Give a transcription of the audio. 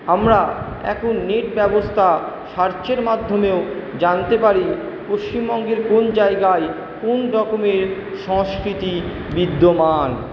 আমরা এখন নেট ব্যবস্থা সার্চের মাধ্যমেও জানতে পারি পশ্চিমবঙ্গের কোন জায়গায় কোন কোন রকমের সংস্কৃতি বিদ্যমান